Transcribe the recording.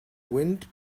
wind